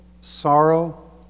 sorrow